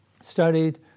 studied